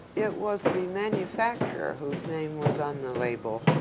it was the manufacturer whose name was on the label,